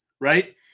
right